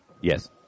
Yes